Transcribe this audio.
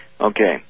Okay